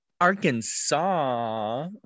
Arkansas